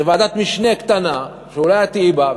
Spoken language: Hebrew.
זה ועדת משנה קטנה שאולי את תהיי בה,